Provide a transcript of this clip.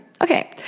Okay